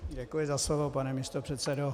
Děkuji za slovo, pane místopředsedo.